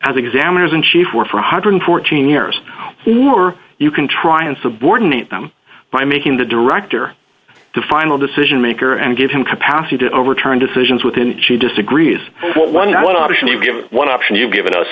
as examiners in chief work for one hundred and fourteen years or you can try and subordinate them by making the director the final decision maker and give him capacity to overturn decisions within he disagrees one on one option you give